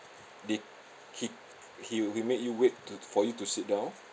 they he he he made you wait to for you to sit down